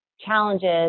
challenges